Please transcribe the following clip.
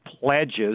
pledges